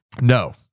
No